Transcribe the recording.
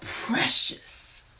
precious